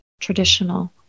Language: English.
traditional